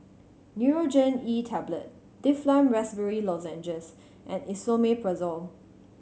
Nurogen E Tablet Difflam Raspberry Lozenges and Esomeprazole